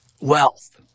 wealth